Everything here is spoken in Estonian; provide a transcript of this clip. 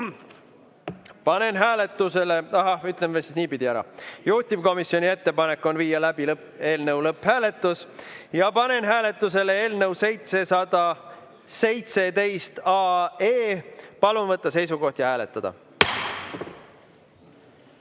panen hääletusele ... Ahah, ütleme siis niipidi: juhtivkomisjoni ettepanek on viia läbi eelnõu lõpphääletus ja panen hääletusele eelnõu 717. Palun võtta seisukoht ja hääletada!